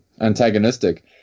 antagonistic